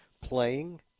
playing